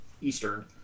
Eastern